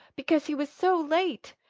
because he was so late,